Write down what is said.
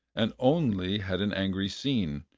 and only had an angry scene.